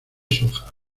soja